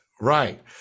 Right